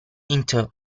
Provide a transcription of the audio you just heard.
into